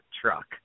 truck